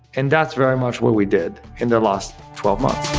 and that's very much what we did in the last twelve months